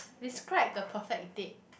describe the perfect date